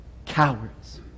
Cowards